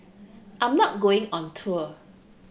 I'm not going on tour